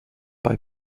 bei